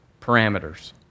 parameters